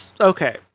Okay